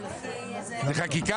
בחקיקה